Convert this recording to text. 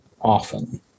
often